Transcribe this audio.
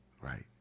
right